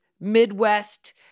Midwest